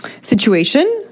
situation